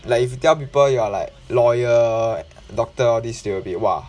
like if you tell people you are like lawyer doctor all this they will be !wah!